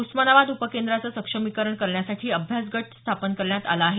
उस्मानाबाद उपकेंद्राचे सक्षमीकरण करण्यासाठी अभ्यासगट स्थापन करण्यात आला आहे